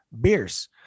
beers